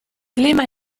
clima